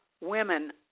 women